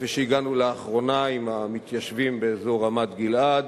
כפי שהגענו לאחרונה עם המתיישבים באזור רמת-גלעד